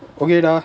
okay lah